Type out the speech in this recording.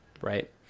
right